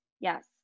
Yes